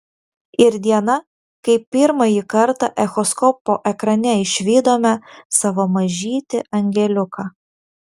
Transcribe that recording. ir diena kai pirmąjį kartą echoskopo ekrane išvydome savo mažytį angeliuką